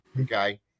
okay